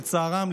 לצערם,